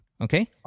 Okay